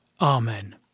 Amen